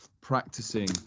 practicing